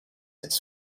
cette